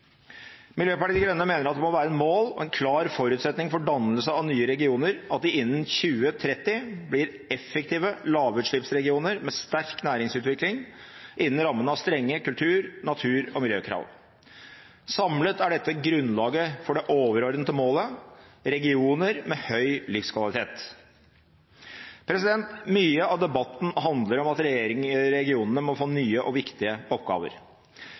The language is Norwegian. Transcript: Miljøpartiet De Grønne mener at det må være et mål og en klar forutsetning for dannelse av nye regioner at de innen 2030 blir effektive lavutslippsregioner med sterk næringsutvikling innen rammen av strenge kultur-, natur- og miljøkrav. Samlet er dette grunnlaget for det overordnete målet: regioner med høy livskvalitet. Mye av debatten handler om at regionene må få nye og viktige oppgaver.